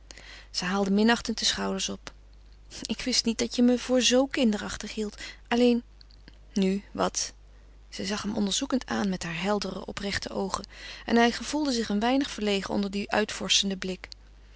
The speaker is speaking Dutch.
ze haalde minachtend de schouders op ik wist niet dat je me voor zoo kinderachtig hield alleen nu wat zij zag hem onderzoekend aan met haar heldere oprechte oogen en hij gevoelde zich een weinig verlegen onder dien uitvorschenden blik